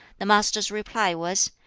the master's reply was,